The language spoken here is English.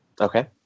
Okay